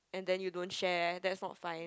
and then you don't share that's not fine